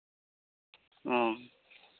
ᱚ